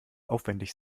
aufwendig